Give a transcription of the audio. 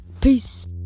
peace